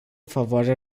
favoarea